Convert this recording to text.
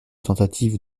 tentative